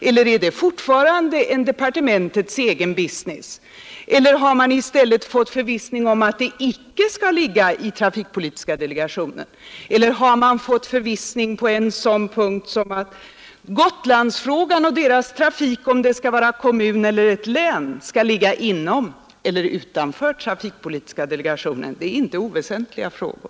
Eller är det fortfarande en departementets egen business? Har man kanske fått förvissning om att dessa frågor icke skall ligga inom trafikpolitiska delegationens område? Eller har man fått förvissning om att frågan om Gotlandstrafiken och huruvida man där skall utgå från kommunerna eller länet skall ligga inom eller utom trafikpolitiska delegationens arbetsområde? Det är inte oväsentliga frågor.